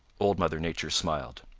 old mother nature smiled.